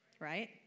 Right